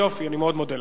יופי, אני מאוד מודה לך.